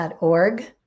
.org